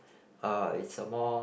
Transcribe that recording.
uh it's a more